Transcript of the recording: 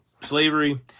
slavery